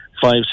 five